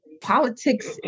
Politics